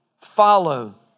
follow